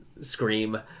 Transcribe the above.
scream